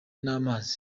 n’amazi